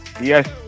Yes